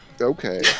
Okay